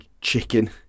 chicken